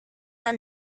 are